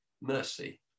mercy